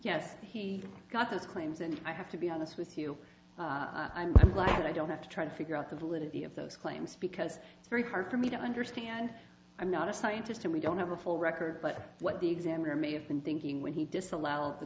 those claims and i have to be honest with you i'm glad i don't have to try to figure out the validity of those claims because it's very hard for me to understand i'm not a scientist and we don't have a full record but what the examiner may have been thinking when he disallowed the